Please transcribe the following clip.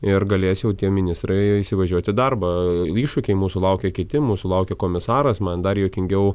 ir galės jau tie ministrai įsivažiuot į darbą iššūkiai mūsų laukia kiti mūsų laukia komisaras man dar juokingiau